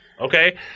Okay